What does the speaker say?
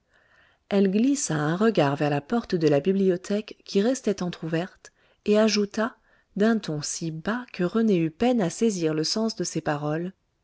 elle glissa un regard vers la porte de la bibliothèque qui restait entr'ouverte et ajouta d'un ton si bas que rené eut peine à saisir le sens de ses paroles